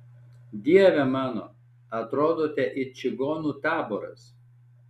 dieve mano atrodote it čigonų taboras